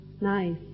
nice